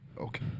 Okay